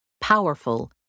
powerful